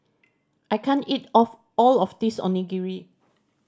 I can't eat of all of this Onigiri